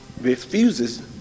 refuses